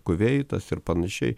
kuveitas ir panašiai